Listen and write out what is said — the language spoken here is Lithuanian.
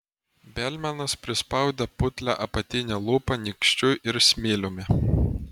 belmanas prispaudė putlią apatinę lūpą nykščiu ir smiliumi